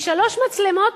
משלוש מצלמות,